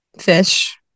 fish